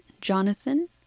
Jonathan